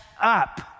up